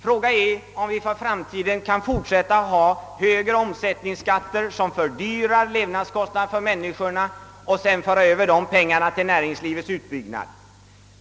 Frågan är, om vi för framtiden kan fortsätta att ha högre omsättningsskatter som fördyrar levnadskostnaderna för människorna och sedan föra över dessa pengar till näringslivets utbyggnad.